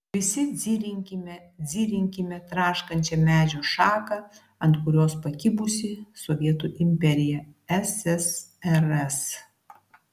visi dzirinkime dzirinkime traškančią medžio šaką ant kurios pakibusi sovietų imperija ssrs